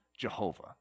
Jehovah